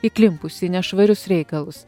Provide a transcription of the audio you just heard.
įklimpusį į nešvarius reikalus